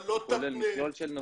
הוא כולל מכלול של נושאים.